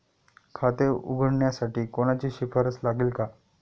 खाते उघडण्यासाठी कोणाची शिफारस लागेल का?